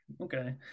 okay